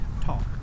Talk